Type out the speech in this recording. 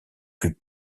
plus